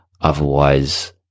otherwise